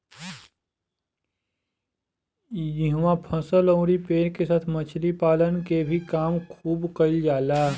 इहवा फसल अउरी पेड़ के साथ मछली पालन के भी काम खुब कईल जाला